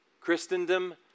Christendom